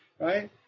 right